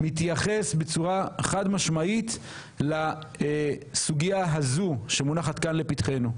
מתייחס בצורה חד משמעית לסוגיה הזו שמונחת כאן לפתחנו.